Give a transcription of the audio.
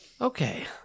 Okay